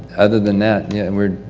other than that, yeah and we're.